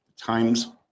times